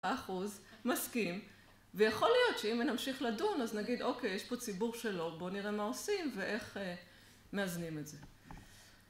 ואחוז מסכים, ויכול להיות שאם נמשיך לדון, אז נגיד, אוקיי, יש פה ציבור שלא, בואו נראה מה עושים ואיך מאזנים את זה.